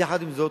יחד עם זאת,